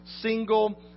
single